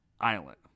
Island